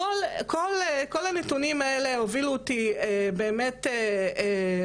כל הנתונים האלה הובילו אותי באמת לעשות